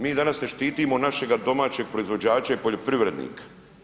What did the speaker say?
Mi danas ne štitimo našega domaćeg proizvođača i poljoprivrednika.